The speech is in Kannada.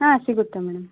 ಹಾಂ ಸಿಗುತ್ತೆ ಮೇಡಮ್